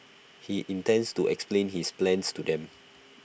he intends to explain his plans to them